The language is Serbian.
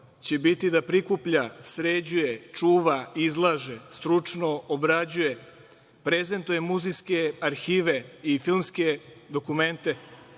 će biti da prikuplja, sređuje, čuva, izlaže, stručno obrađuje, prezentuje muzejske arhive i filmske dokumente,